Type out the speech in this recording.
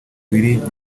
willy